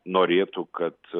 norėtų kad